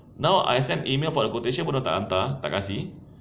now I send email for the quotation pun dia orang tak hantar tak kasih